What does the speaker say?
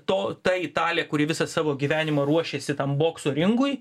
to ta italė kuri visą savo gyvenimą ruošėsi tam bokso ringui